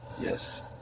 Yes